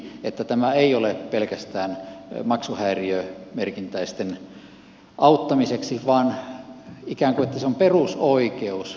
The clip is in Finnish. että tämä ei ole pelkästään maksuhäiriömerkintäisten auttamiseksi vaan se on ikään kuin perusoikeus